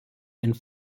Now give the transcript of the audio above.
and